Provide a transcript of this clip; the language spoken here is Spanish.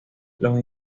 los